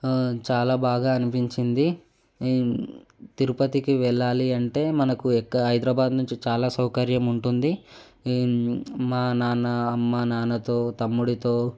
చాలా బాగా అనిపించింది తిరుపతికి వెళ్ళాలి అంటే మనకు ఎక్క హైదరాబాద్ నుంచి చాలా సౌకర్యం ఉంటుంది మా నాన్న అమ్మ నాన్నతో తమ్ముడితో